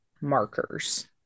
markers